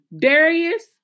Darius